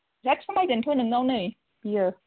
बेराद समायगोनथ' नोंनाव नै बियो